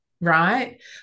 right